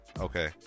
Okay